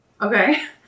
Okay